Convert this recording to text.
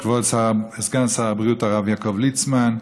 כבוד סגן שר הבריאות הרב יעקב ליצמן,